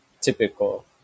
typical